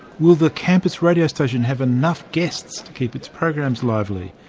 will the campus radio station have enough guests to keep its programs lively?